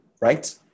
right